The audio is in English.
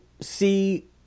see